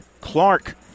Clark